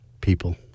People